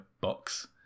box